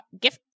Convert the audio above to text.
gift